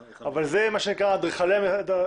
זה נכון שהמערכת מסורבלת אבל זה מה שנקרא אדריכלי מערכת